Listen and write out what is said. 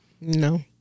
No